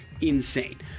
insane